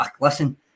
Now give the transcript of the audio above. listen